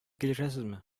килешәсезме